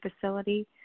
facility